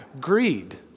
Greed